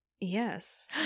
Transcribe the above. Yes